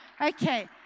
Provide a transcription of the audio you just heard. Okay